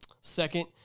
second